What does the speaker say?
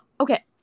okay